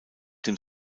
dem